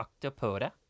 Octopoda